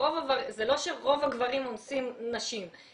זה לא שרוב הגברים אונסים נשים.